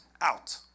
out